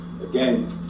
again